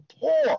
poor